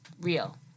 real